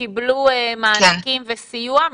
קיבלו מענקים וסיוע.